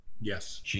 Yes